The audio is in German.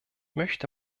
möchte